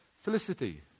Felicity